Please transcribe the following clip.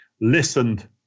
listened